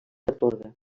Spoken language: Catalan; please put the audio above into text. atorga